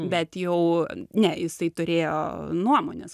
bet jau ne jisai turėjo nuomones